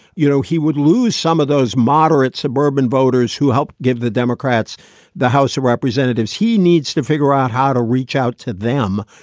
you know, he would lose some of those moderate suburban voters who helped give the democrats the house of representatives. he needs to figure out how to reach out to them.